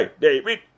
David